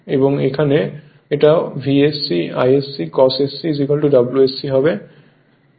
এবং এখানে এটা VSC ISC cos sc WSC হবে